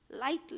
Lightly